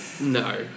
No